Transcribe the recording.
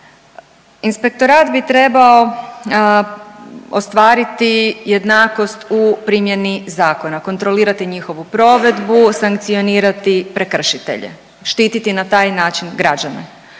Inspektorat bi trebao ostvariti jednakost u primjeni zakona, kontrolirati njihovu provedbu, sankcionirati prekršitelje, štititi na taj način građane.